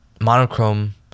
monochrome